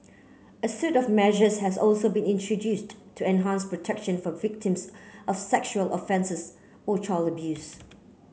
a suite of measures has also been introduced to enhance protection for victims of sexual offences or child abuse